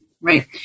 right